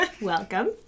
welcome